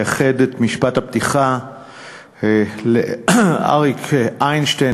אייחד את משפט הפתיחה לאריק איינשטיין,